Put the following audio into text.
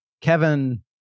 Kevin